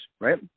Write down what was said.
right